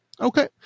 Okay